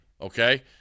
Okay